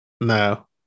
No